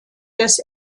des